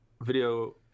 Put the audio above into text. video